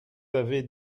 avez